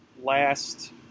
last